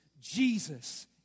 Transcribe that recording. Jesus